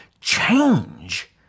change